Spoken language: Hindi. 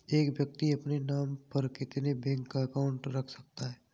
एक व्यक्ति अपने नाम पर कितने बैंक अकाउंट रख सकता है?